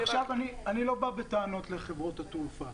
עכשיו, אני לא בא בטענות לחברות התעופה.